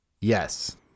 Yes